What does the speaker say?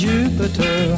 Jupiter